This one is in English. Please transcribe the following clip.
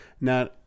Now